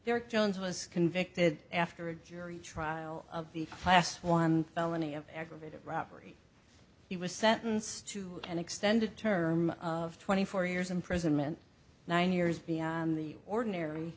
there jones was convicted after a jury trial of the last one felony of aggravated robbery he was sentenced to an extended term of twenty four years imprisonment nine years beyond the ordinary